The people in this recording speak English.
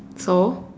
so